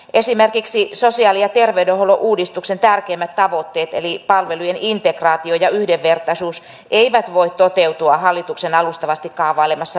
esimerkiksi sosiaali ja terveydenhuollon uudistuksen tärkeimmät tavoitteet eli palvelujen integraatio ja yhdenvertaisuus eivät voi toteutua hallituksen alustavasti kaavailemassa valinnanvapausmallissa